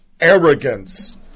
Arrogance